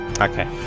Okay